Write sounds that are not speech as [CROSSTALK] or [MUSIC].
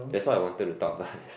that's why I wanted to talk about [LAUGHS] this